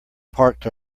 parked